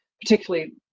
particularly